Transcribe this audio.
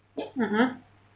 (uh huh)